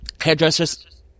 hairdressers